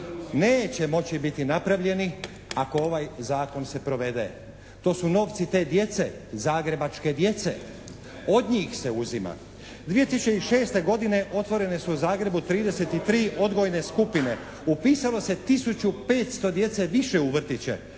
Neće moći biti napravljeni ako ovaj Zakon se provede. To su novci te djece, zagrebačke djece, od njih se uzima. 2006. godine otvorene su u Zagrebu 33 odgojne skupine. Upisalo se tisuću 500 djece više u vrtiće